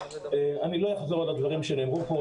אני לא אחזור על הדברים שנאמרו פה.